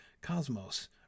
cosmos